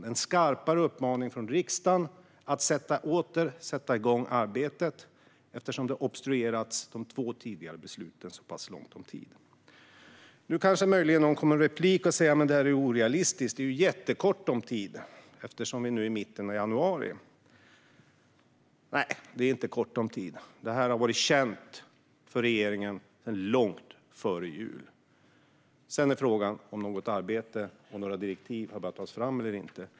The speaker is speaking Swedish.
Det är en skarpare uppmaning från riksdagen att åter sätta igång arbetet eftersom de två tidigare besluten har obstruerats under så lång tid. Möjligen kommer någon i en replik att säga att detta är orealistiskt eftersom det är så kort om tid då vi redan är i mitten av januari. Nej, det är inte kort om tid. Detta har varit känt för regeringen sedan långt före jul. Frågan är om något arbete eller några direktiv har börjat tas fram.